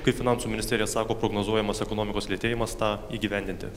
kai finansų ministerija sako prognozuojamas ekonomikos lėtėjimas tą įgyvendinti